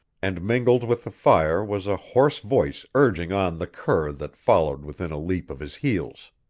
and mingled with the fire was a hoarse voice urging on the cur that followed within a leap of his heels.